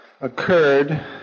occurred